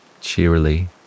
cheerily